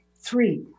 Three